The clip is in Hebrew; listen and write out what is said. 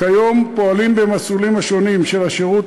כיום פועלים במסלולים השונים של השירות